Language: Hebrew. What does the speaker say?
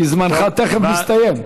כי זמנך תכף מסתיים.